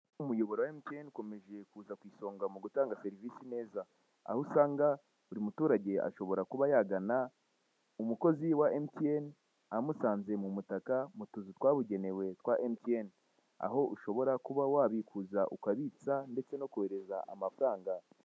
Umuyoboro wa emutiyene ukomeze kuza ku isonga mu gutanga serivise neza. Aho usanga buri muturage ashobora kuba yagana umukozi wa emutiyene, amusanze mu mutaka, mu tuzu twabugenewe, twa emutiyene. Aho ushobora kuba wabikuza, ukabitsa, ndetse no kohereza amafaranga.